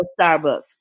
Starbucks